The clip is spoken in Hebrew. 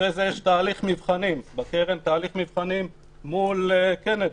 אחרי זה יש תהליך מבחנים בקרן מול קנדי.